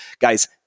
Guys